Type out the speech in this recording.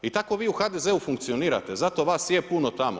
I tako vi u HDZ-u funkcionirate, zato vas je puno tamo.